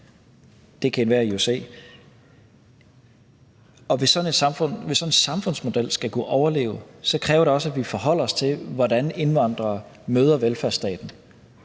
det kan enhver jo se. Og hvis sådan en samfundsmodel skal kunne overleve, kræver det også, at vi forholder os til, hvordan indvandrere møder velfærdsstaten.